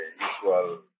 usual